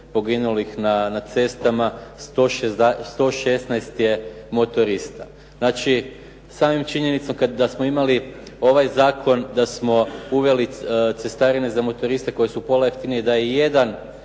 poginulih na cestama 116 je motorista. Znači, samom činjenicom da smo imali ovaj zakon, da smo uveli cestarine za motoriste koje su upola jeftinije da i jedan